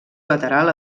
lateral